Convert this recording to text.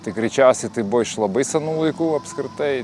tai greičiausiai tai buvo iš labai senų laikų apskritai